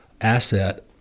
asset